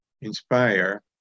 inspire